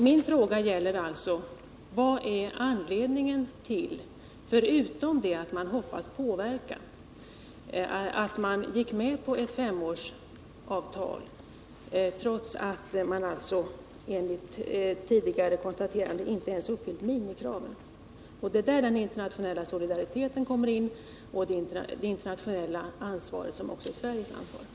Min fråga är: Vad är anledningen till, förutom att man hoppas påverka utvecklingen, att man gick med på ett femårsavtal, trots att man alltså enligt tidigare konstateranden inte ens uppfyllt minimikraven? Det är där den internationella solidariteten kommer in och det internationella ansvaret, som också är Sveriges ansvar.